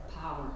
power